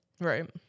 Right